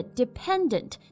dependent